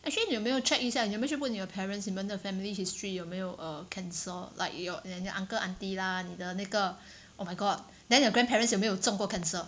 actually 你有没有 check 一下你有没有去问你的 parents 你们的 family history 有没有 err cancer like your 你的 uncle auntie lah 你的那个 oh my god then your grandparents 有没有中过 cancer